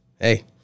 hey